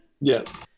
Yes